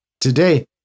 Today